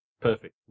Perfect